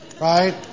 Right